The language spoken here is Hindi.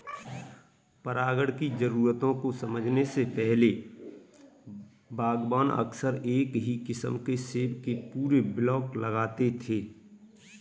परागण की जरूरतों को समझने से पहले, बागवान अक्सर एक ही किस्म के सेब के पूरे ब्लॉक लगाते थे